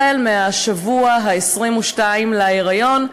החל מהשבוע ה-22 להיריון,